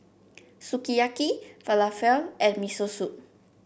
Sukiyaki Falafel and Miso Soup